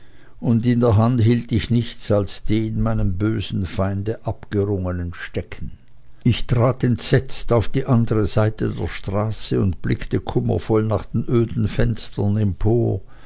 und in der hand hielt ich nichts als den meinem bösen feinde abgerungenen stecken ich trat entsetzt auf die andere seite der straße und blickte kummervoll nach den öden fenstern empor